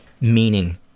meaning